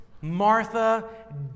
Martha